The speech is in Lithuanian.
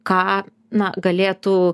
ką na galėtų